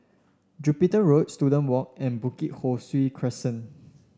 Jupiter Road Student Walk and Bukit Ho Swee Crescent